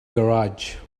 garage